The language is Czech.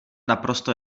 naprosto